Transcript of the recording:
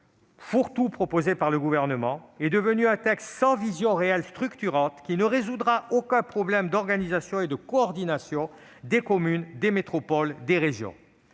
fourre-tout proposée par le Gouvernement est devenue un texte sans vision réelle structurante qui ne résoudra aucun problème d'organisation et de coordination des communes, des métropoles et des régions.